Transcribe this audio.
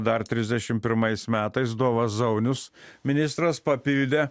dar trisdešim pirmais metais dovas zaunius ministras papildė